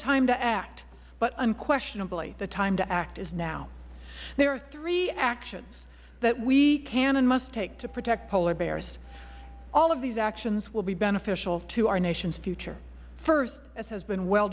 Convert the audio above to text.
time to act but unquestionably the time to act is now there are three actions that we can and must take to protect polar bears all of these actions will be beneficial to our nation's future first as has been well